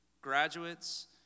graduates